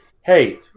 Hey